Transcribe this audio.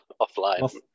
offline